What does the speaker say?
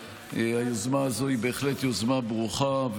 והיוזמה הזאת היא בהחלט יוזמה ברוכה.